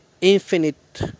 infinite